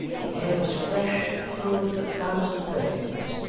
the air was fresh and filled with a thousand perfumes.